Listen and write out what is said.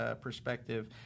perspective